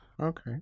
Okay